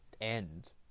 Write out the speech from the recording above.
end